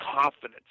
confidence